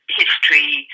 history